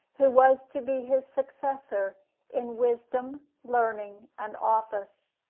who was to be his successor in wisdom, learning, and office.